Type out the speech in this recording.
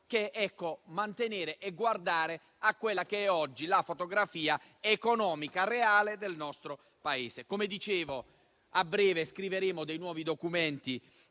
che mantenere e guardare quella che è oggi la fotografia economica reale del nostro Paese. Come dicevo, a breve scriveremo dei nuovi documenti,